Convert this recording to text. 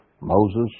Moses